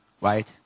Right